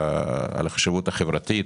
על החשיבות החברתית,